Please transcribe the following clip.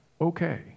okay